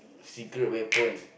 secret weapon